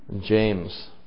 James